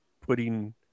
putting